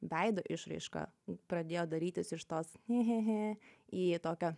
veido išraiška pradėjo darytis iš tos he he he į tokią